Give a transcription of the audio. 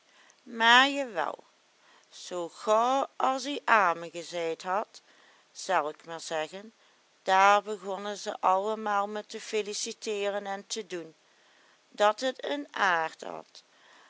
maar ja wel zou gou as ie amen gezeid had zel ik maar zeggen daar begonnen ze allemaal me te filiciteeren en te doen dat het een